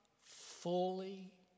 fully